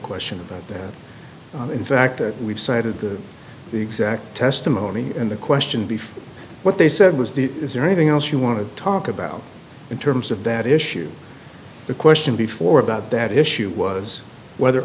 question about that in fact that we've cited the exact testimony in the question before what they said was the is there anything else you want to talk about in terms of that issue the question before about that issue was whether